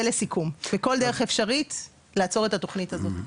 בכל דרך אפשרית לעצור את התוכנית הזאת.